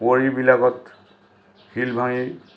কোৱৰীবিলাকত শিল ভাঙে